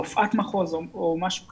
רופאת מחוז או משהו כזה,